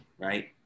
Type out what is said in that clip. right